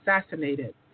assassinated